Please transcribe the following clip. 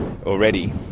already